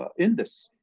ah in this.